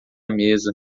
mesa